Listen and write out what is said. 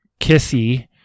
kissy